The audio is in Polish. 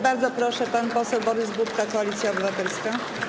Bardzo proszę, pan poseł Borys Budka, Koalicja Obywatelska.